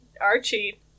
Archie